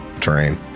terrain